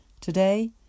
Today